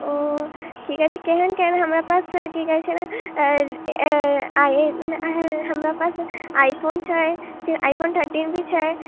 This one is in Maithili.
कि कहैत छै केहन केहन हमरा पास की कहैत छै एहि एहि एहि हमरा पास आइ फोन छै फिर आइ फोन थर्टी भी छै